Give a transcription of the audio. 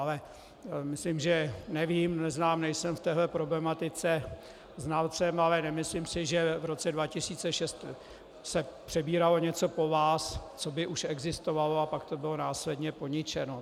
Ale myslím, že nevím, neznám, nejsem v této problematice znalcem, ale nemyslím si, že v roce 2006 se přebíralo něco po vás, co by už existovalo, a pak to bylo následně poničeno.